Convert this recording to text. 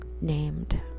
named